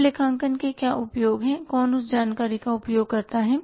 अब लेखांकन के क्या उपयोग हैं कौन उस जानकारी का उपयोग करता है